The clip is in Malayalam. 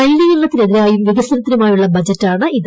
മലിനീകരണത്തിനെതിരായും വികസന്ത്തിനുമായുള്ള ബജറ്റാണ് ഇത്